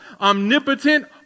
omnipotent